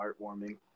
heartwarming